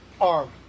armed